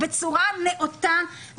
בצורה נאותה,